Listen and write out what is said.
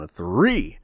Three